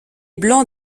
blancs